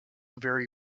vary